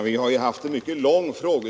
Självklart är det inte möjligt.